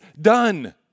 done